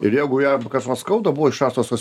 ir jeigu jam kas nors skauda buvo išrastos tos